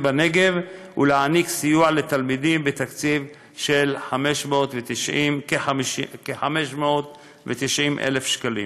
בנגב ותיתן סיוע לתלמידים בתקציב של כ-590,000 ש"ח.